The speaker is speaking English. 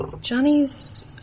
johnny's